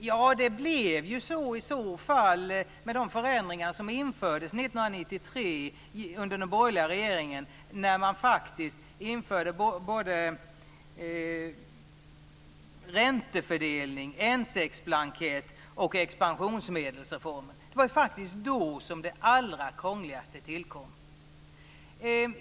Ja, det blir ju så med de förändringar som infördes 1993 under den borgerliga regeringen, som faktiskt införde såväl räntefördelning som N6-blankett och expansionsmedelsreformer. Det var faktiskt då som det allra krångligaste tillkom.